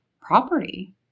property